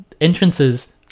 entrances